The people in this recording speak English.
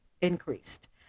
increased